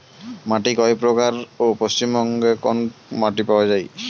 মাটি কয় প্রকার ও পশ্চিমবঙ্গ কোন মাটি পাওয়া য়ায়?